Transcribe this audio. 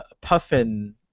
puffin